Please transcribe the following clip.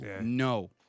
No